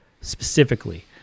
specifically